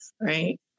right